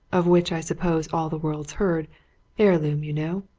of which i suppose all the world's heard heirloom, you know.